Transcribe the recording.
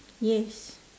yes